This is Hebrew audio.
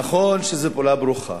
נכון שזו פעולה ברוכה,